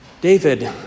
David